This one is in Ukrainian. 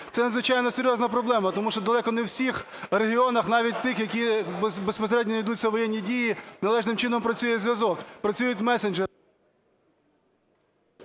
це надзвичайно серйозна проблема, тому що далеко не в усіх регіонах, навіть у тих, в яких безпосередньо не ведуться воєнні дії, належним чином працює зв'язок, працюють месенджери.